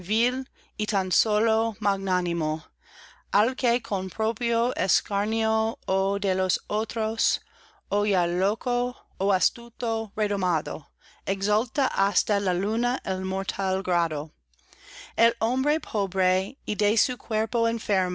j tan sólo magnánimo al que con propio escarnio ó de los otros ó ya loco ó astuto redomado exalta hasta la luna el mortal grado el hombre pobre